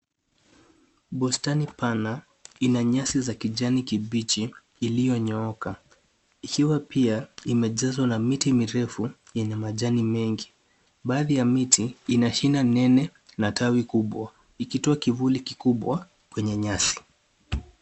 Bustani pana ina nyasi za kijani kibichi iliyonyooka ikiwa pia imejazwa na miti mirefu yenye majani mengi, baadhi ya miti ina shina nene na tawi kubwa ikitoa kivuli kikubwa kwenye nyasi.